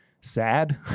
sad